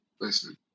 Listen